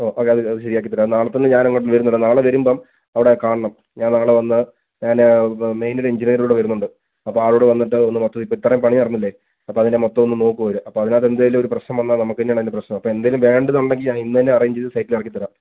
ഓ okay അത് ശരിയാക്കി തരാം നാളെ തന്നെ ഞാൻ അങ്ങോട്ട് വരുന്നുണ്ട് നാളെ വരുമ്പം അവിടെ കാണണം ഞാൻ നാളെ വന്ന് ഞാൻ മെയിൻ ഒരു എൻജിനിയർ കൂടെ വരുന്നുണ്ട് അപ്പോൾ ആളുകൂടെ വന്നിട്ട് ഒന്ന് മൊത്തത്തിൽ ഇപ്പോൾ ഇത്രയും പണി നടന്നില്ലേ അപ്പോൾ അതിന്റെ മൊത്തം ഒന്ന് നോക്കും അവർ അപ്പോൾ അതിനകത്ത് എന്തെങ്കിലും ഒരു പ്രശ്നം വന്നാൽ നമുക്ക് തന്നെയാണ് അതിന്റെ പ്രശ്നം അപ്പോൾ എന്തെങ്കിലും വേണ്ടത് ഉണ്ടെങ്കിൽ അത് ഇന്ന് തന്നെ അറേഞ്ച് ചെയ്ത് സൈറ്റിൽ ഇറക്കി തരാം